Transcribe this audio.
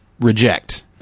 reject